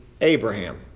Abraham